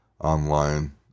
online